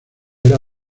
era